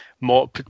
more